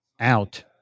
out